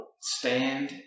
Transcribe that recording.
stand